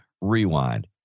Rewind